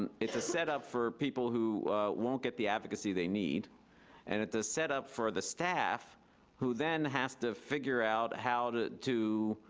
it's a setup for people who won't get the advocacy they need and it's a setup for the staff who then has to figure out how to to